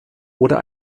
oder